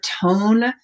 tone